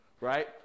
Right